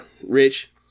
Rich